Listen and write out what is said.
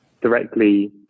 directly